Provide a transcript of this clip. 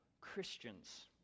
Christians